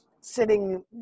sitting